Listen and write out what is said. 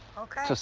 ok.